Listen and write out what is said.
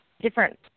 different